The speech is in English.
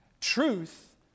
Truth